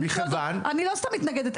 מכיוון --- אני לא סתם מתנגדת.